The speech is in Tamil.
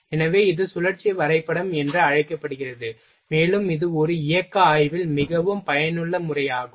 எனவே இது சுழற்சி வரைபடம் என்று அழைக்கப்படுகிறது மேலும் இது ஒரு இயக்க ஆய்வில் மிகவும் பயனுள்ள முறையாகும்